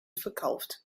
verkauft